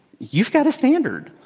you've got a standard.